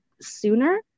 sooner